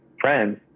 friends